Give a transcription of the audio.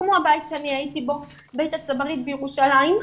כמו הבית שאני הייתי בו, 'בית הצברית' בירושלים,